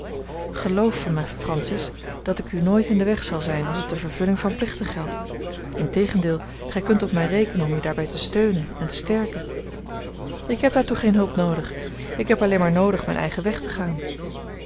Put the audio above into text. geloof van mij francis dat ik u nooit in den weg zal zijn als het de vervulling van plichten geldt integendeel gij kunt op mij rekenen om u daarbij te steunen en te sterken ik heb daartoe geene hulp noodig ik heb alleen maar noodig mijn eigen weg te gaan